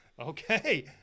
Okay